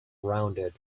rounded